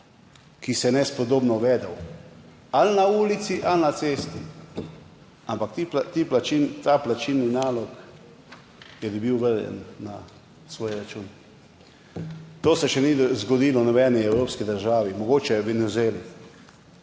ki se je nespodobno vedel ali na ulici ali na cesti, ampak ta plačilni nalog je dobil vrnjen na svoj račun. To se še ni zgodilo v nobeni evropski državi, mogoče v Venezueli.